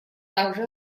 также